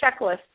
checklist